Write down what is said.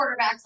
quarterbacks